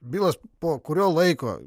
bilas po kurio laiko